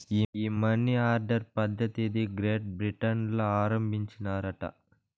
ఈ money order పద్ధతిది Great Britain ల ఆరంబించినారట